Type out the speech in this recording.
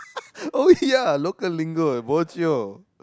oh ya local lingo eh bojio